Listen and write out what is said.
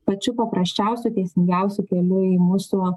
pačiu paprasčiausiu teisingiausiu keliu į mūsų